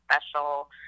special